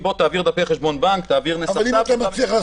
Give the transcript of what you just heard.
המילה "יבחן" היא --- שכל שעה הוא יתקשר.